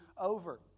over